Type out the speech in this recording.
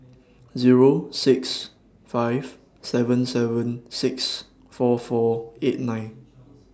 Zero six five seven seven six four four eight nine